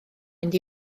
mynd